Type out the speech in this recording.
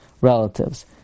relatives